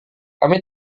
kami